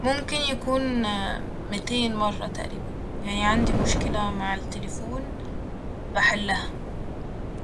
ممكن يكون متين مرة تقريبا ، يعني عندي مشكلة مع التليفون بحلها